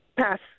Pass